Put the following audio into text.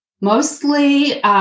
mostly